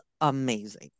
amazing